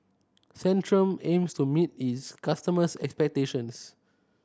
Centrum aims to meet its customers' expectations